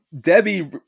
Debbie